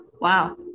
Wow